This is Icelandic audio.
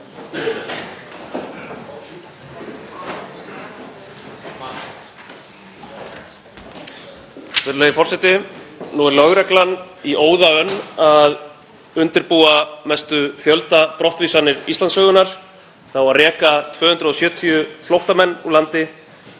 SPEECH_BEGIN Forseti. Nú er lögreglan í óðaönn að undirbúa mestu fjöldabrottvísanir Íslandssögunnar; það á að reka 270 flóttamenn úr landi.